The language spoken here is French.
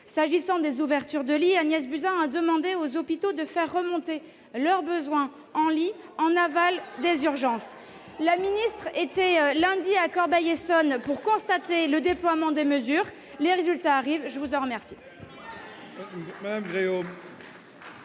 S'agissant des ouvertures de lits, Agnès Buzyn a demandé aux hôpitaux de faire remonter leurs besoins en aval des urgences. Elle s'est rendue lundi à Corbeil-Essonnes pour constater le déploiement de ces mesures. Les résultats arrivent. La parole est